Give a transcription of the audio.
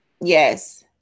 Yes